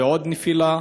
ועוד נפילה,